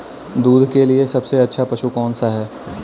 दूध के लिए सबसे अच्छा पशु कौनसा है?